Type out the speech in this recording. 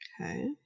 okay